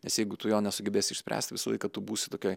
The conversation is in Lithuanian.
nes jeigu tu jo nesugebėsi išspręst visą laiką tu būsi tokioj